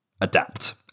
adapt